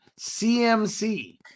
CMC